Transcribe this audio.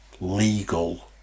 legal